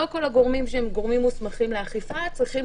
לא כל הגורמים שהם גורמים מוסמכים לאכיפה צריכים